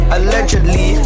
Allegedly